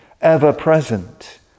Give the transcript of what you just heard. ever-present